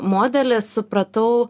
modelį supratau